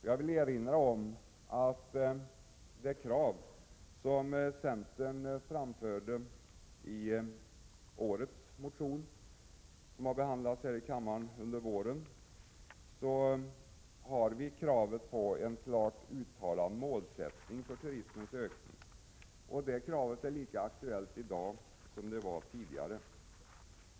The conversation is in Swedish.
Jag vill erinra om att de krav som centern framförde i årets motion om turism och som behandlades här i riksdagen under våren gick ut på en klart uttalad målsättning för turismens ökning. Det kravet är lika aktuellt i dag som tidigare.